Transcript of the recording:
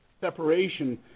separation